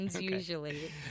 usually